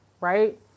Right